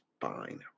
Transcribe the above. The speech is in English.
fine